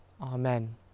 Amen